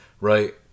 Right